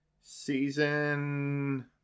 Season